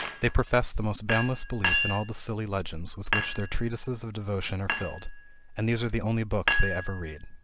they profess the most boundless belief in all the silly legends with which their treatises of devotion are filled and these are the only books they ever read.